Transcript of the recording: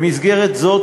במסגרת זו,